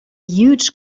huge